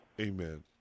amen